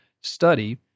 study